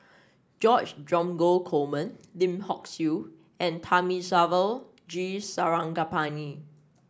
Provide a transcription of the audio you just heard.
George Dromgold Coleman Lim Hock Siew and Thamizhavel G Sarangapani